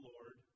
Lord